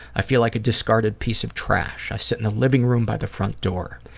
i felt like a discarded piece of trash. i sit in the living room by the front door.